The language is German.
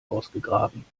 ausgegraben